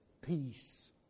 peace